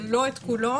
אבל לא את כולו.